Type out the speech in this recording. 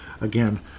Again